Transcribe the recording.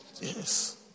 Yes